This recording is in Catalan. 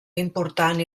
important